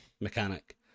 mechanic